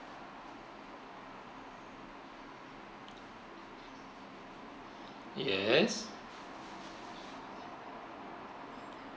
yes